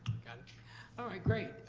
got it. all right, great.